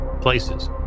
places